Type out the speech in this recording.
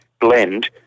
blend